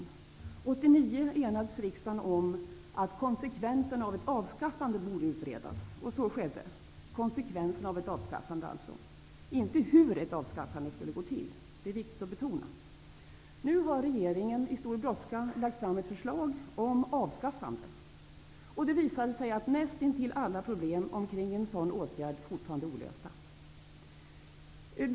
År 1989 enades riksdagen om att konsekvenserna av ett avskaffande borde utredas, och så skedde, men inte hur ett avskaffande skulle gå till. Det är viktigt att betona. Nu har regeringen i stor brådska lagt fram ett förslag om avskaffande av kårobligatoriet. Det visar sig att nästintill alla problem omkring en sådan åtgärd fortfarande är olösta.